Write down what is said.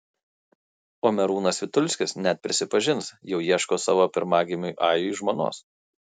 o merūnas vitulskis net prisipažins jau ieško savo pirmagimiui ajui žmonos